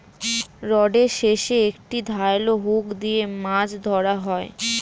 রডের শেষে একটি ধারালো হুক দিয়ে মাছ ধরা হয়